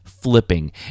Flipping